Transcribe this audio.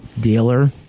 dealer